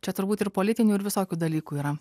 čia turbūt ir politinių ir visokių dalykų yra